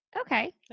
Okay